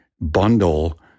bundle